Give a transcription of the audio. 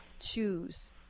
choose